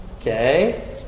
Okay